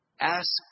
ask